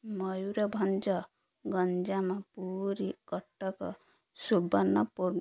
Mayurbhanj Ganjam Puri Cuttack Subarnapur